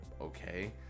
okay